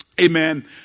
amen